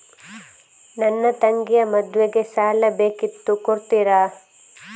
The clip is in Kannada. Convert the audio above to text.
ನನ್ನ ತಂಗಿಯ ಮದ್ವೆಗೆ ಸಾಲ ಬೇಕಿತ್ತು ಕೊಡ್ತೀರಾ?